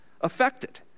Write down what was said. affected